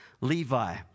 Levi